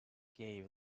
gave